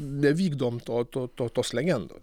nevykdom to to to tos legendo